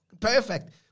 Perfect